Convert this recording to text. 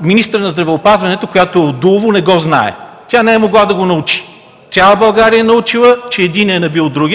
министърът на здравеопазването, която е от Дулово, не го знае, тя не е могла да го научи. Цяла България е научила, че